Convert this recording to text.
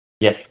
Yes